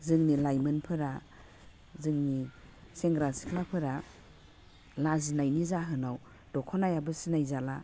जोंनो लाइमोनफोरा जोंनि सेंग्रा सिख्लाफोरा लाजिनायनि जाहोनाव दख'नायाबो सिनायजाला